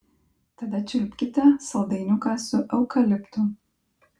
tada čiulpkite saldainiuką su eukaliptu